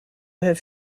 have